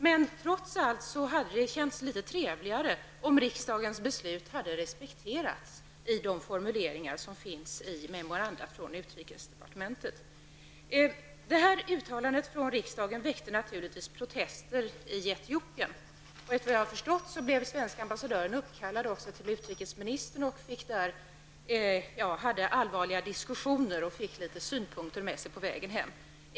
Trots allt hade det dock känts litet trevligare om riksdagens beslut hade respekterats i de formuleringar som finns i memorandumet från utrikesdepartementet. Uttalandet från riksdagen väckte naturligtvis protester i Etiopien. Såvitt jag har förstått blev den svenske ambassadören också uppkallad till utrikesministern där allvarliga diskussioner fördes och han fick synpunkter med sig på vägen hem.